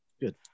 Good